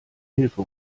hilfe